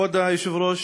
כבוד היושב-ראש,